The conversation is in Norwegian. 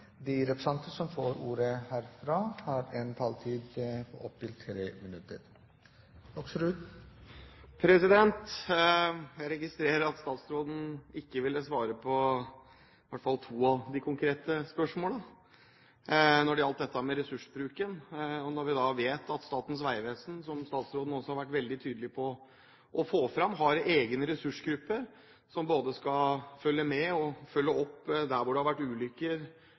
De talere som heretter får ordet, har en taletid på inntil 3 minutter. Jeg registrerer at statsråden ikke ville svare på i hvert fall to av de konkrete spørsmålene når det gjaldt ressursbruken. Når vi vet at Statens vegvesen har – noe som statsråden har vært veldig tydelig på å få fram – en egen ressursgruppe som både skal følge med og følge opp der det har vært ulykker,